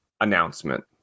announcement